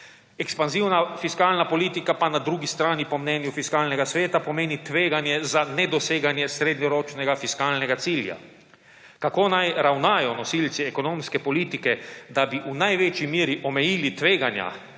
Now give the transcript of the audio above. Ekspanzivna fiskalna politika pa na drugi strani po mnenju Fiskalnega sveta pomeni tveganje za nedoseganje srednjeročnega fiskalnega cilja. Kako naj ravnajo nosilci ekonomske politike, da bi v največji meri omejili tveganja,